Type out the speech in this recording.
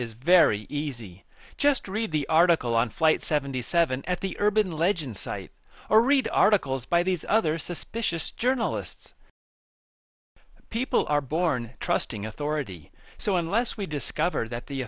is very easy just read the article on flight seventy seven at the urban legend site or read articles by these other suspicious journalists people are born trusting authority so unless we discover that the